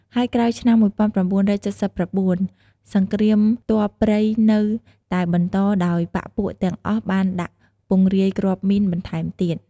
ហើយក្រោយឆ្នាំ ១៩៧៩ សង្រ្គាមទ័ពព្រៃនៅតែបន្តដោយបក្សពួកទាំងអស់បានដាក់ពង្រាយគ្រាប់មីនបន្ថែមទៀត។